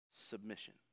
submission